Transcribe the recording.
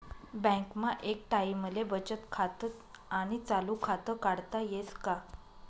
बँकमा एक टाईमले बचत खातं आणि चालू खातं काढता येस का?